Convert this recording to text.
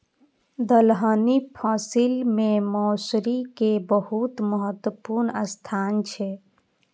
दलहनी फसिल मे मौसरी के बहुत महत्वपूर्ण स्थान छै